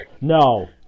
No